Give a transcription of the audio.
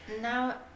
now